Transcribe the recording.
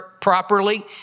properly